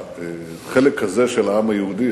והחלק הזה של העם היהודי,